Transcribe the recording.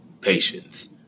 patience